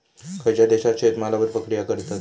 खयच्या देशात शेतमालावर प्रक्रिया करतत?